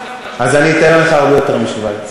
אז אני אתאר לך הרבה יותר משווייץ.